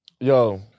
Yo